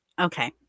Okay